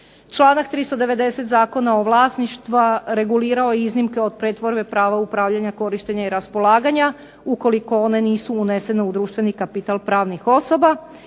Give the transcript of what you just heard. Članak 390. Zakona o vlasništvu regulirao je iznimke od pretvorbe prava upravljanja, korištenja i raspolaganja ukoliko one nisu unesene u društveni kapital pravnih osoba.